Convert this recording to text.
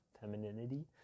femininity